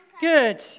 Good